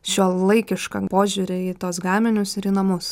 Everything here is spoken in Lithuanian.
šiuolaikišką požiūrį į tuos gaminius ir į namus